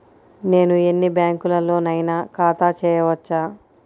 నేను ఎన్ని బ్యాంకులలోనైనా ఖాతా చేయవచ్చా?